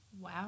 Wow